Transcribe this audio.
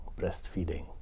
breastfeeding